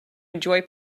enjoy